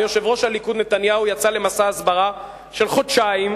ויושב-ראש הליכוד נתניהו יצא למסע הסברה של חודשיים,